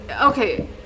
okay